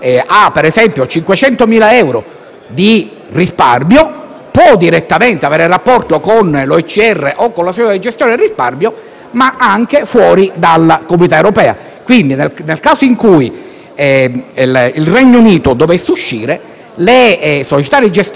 di risparmi può direttamente avere rapporti con l'OICR o con la società di gestione del risparmio, ma anche fuori dell'Unione europea. Quindi, nel caso in cui il Regno Unito dovesse uscire, le società di gestione di risparmio e gli OICR del Regno Unito